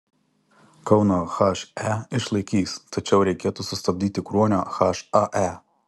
kauno he išlaikys tačiau reikėtų sustabdyti kruonio hae